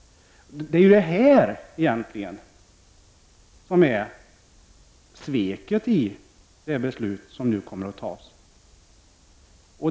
Så det här är egentligen sveket i det beslut som nu kommer att fattas.